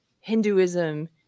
Hinduism